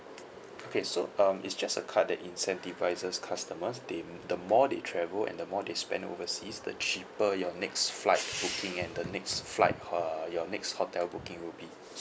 okay so um it's just a card that incentivises customers they the more they travel and the more they spend overseas the cheaper your next flight booking and the next flight uh your next hotel booking will be